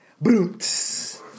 Boots